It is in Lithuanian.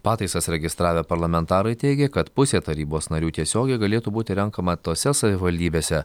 pataisas registravę parlamentarai teigė kad pusė tarybos narių tiesiogiai galėtų būti renkama tose savivaldybėse